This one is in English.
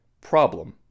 problem